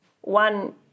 One